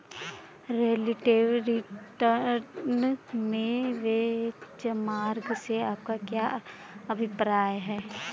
Relative return में benchmark से आपका क्या अभिप्राय है?